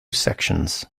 sections